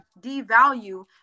devalue